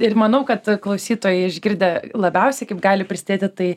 ir manau kad klausytojai išgirdę labiausiai kaip gali prisidėti tai